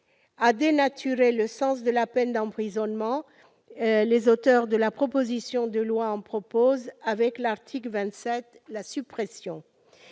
« dénaturé le sens de la peine d'emprisonnement », les auteurs de la proposition de loi en demandent, au travers de l'article 27, la suppression.